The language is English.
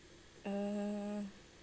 um